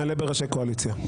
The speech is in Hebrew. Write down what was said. נעלה בראשי קואליציה.